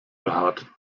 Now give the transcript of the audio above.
behaart